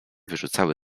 wyrzucały